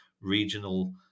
regional